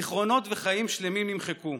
זיכרונות וחיים שלמים נמחקו,